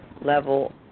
level